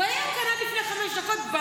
הוא היה כאן עד לפני חמש דקות.